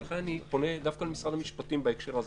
ולכן אני פונה דווקא למשרד המשפטים בהקשר הזה: